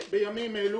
בימים אלו